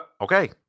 Okay